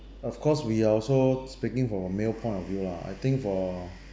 of course we are also speaking from a male point of view lah I think for